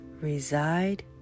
reside